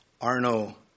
Arno